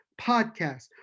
Podcast